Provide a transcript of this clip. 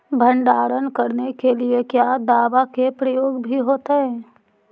भंडारन करने के लिय क्या दाबा के प्रयोग भी होयतय?